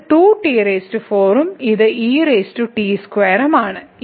ഇത് 2t4 ഉം ഉം ആണ്